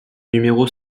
numéro